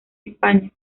españa